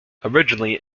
originally